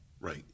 Right